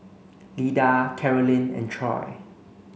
Lida Carolynn and Troy